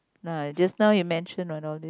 no just know you mention one all these